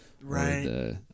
Right